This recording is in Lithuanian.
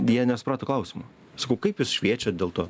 jie nesuprato klausimo sakau kaip jūs šviečiat dėl to